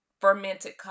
fermented